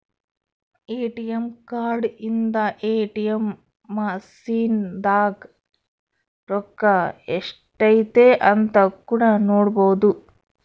ATM card ಇಂದ ATM machine ದಾಗ ರೊಕ್ಕ ಎಷ್ಟೈತೆ ಅಂತ ಕೂಡ ನೊಡ್ಬೊದು